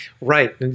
Right